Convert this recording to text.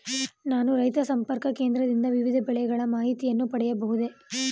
ನಾನು ರೈತ ಸಂಪರ್ಕ ಕೇಂದ್ರದಿಂದ ವಿವಿಧ ಬೆಳೆಗಳ ಮಾಹಿತಿಯನ್ನು ಪಡೆಯಬಹುದೇ?